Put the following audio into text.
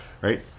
Right